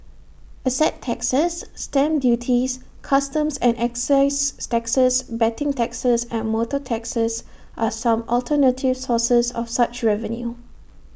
asset taxes stamp duties customs and excise taxes betting taxes and motor taxes are some alternative sources of such revenue